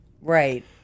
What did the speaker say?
Right